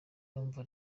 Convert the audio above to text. numva